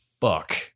fuck